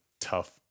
tough